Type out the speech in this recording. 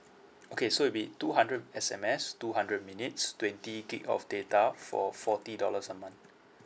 okay so it'll be two hundred S_M_S two hundred minutes twenty gig of data for forty dollars a month